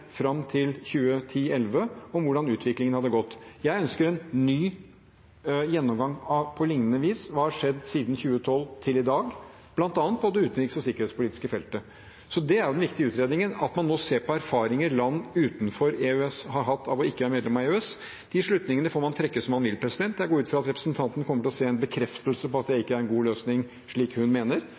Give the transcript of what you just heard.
fram til 2010–2011, om hvordan utviklingen hadde gått. Jeg ønsker en ny gjennomgang, på lignende vis, av hva som har skjedd fra 2012 til i dag, bl.a. på det utenriks- og sikkerhetspolitiske feltet. Det er jo den viktige utredningen, at man må se på erfaringer land utenfor EØS har hatt av å ikke være medlem av EØS. De slutningene får man trekke som man vil. Jeg går ut fra at representanten kommer til å se en bekreftelse på at det ikke er en god løsning, slik hun mener,